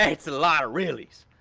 that's a lot of reallys.